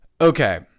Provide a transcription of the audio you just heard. Okay